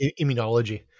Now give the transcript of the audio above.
immunology